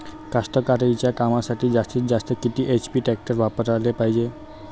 कास्तकारीच्या कामासाठी जास्तीत जास्त किती एच.पी टॅक्टर वापराले पायजे?